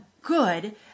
good